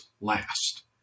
last